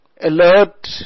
alert